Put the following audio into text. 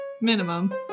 minimum